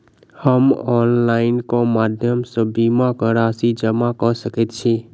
हम ऑनलाइन केँ माध्यम सँ बीमा केँ राशि जमा कऽ सकैत छी?